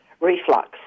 reflux